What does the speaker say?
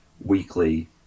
weekly